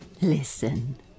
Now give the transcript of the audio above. Listen